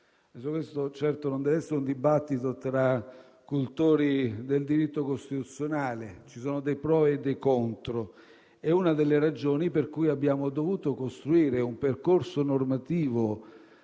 Certo, questo non deve essere un dibattito tra cultori del diritto costituzionale; ci sono dei pro e dei contro ed è una delle ragioni per cui abbiamo dovuto costruire un percorso normativo *ad hoc*